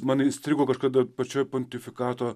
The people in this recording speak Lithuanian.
man įstrigo kažkada pačioje pontifikato